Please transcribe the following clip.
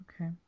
Okay